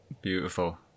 Beautiful